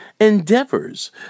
endeavors